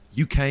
UK